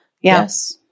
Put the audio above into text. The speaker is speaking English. Yes